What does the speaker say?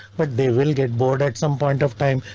but they will get bored at some point of time.